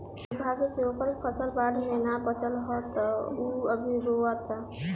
दुर्भाग्य से ओकर फसल बाढ़ में ना बाचल ह त उ अभी रोओता